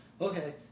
okay